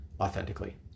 authentically